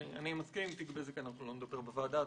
אני מסכים שעל תיק בזק לא נדבר בוועדה.